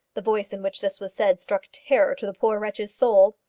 the voice in which this was said struck terror to the poor wretch's soul.